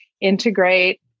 integrate